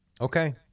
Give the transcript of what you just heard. Okay